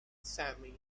sami